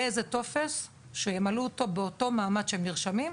יהיה איזה טופס שימלאו אותו באותו מעמד שהם נרשמים,